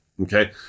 okay